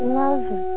love